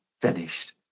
finished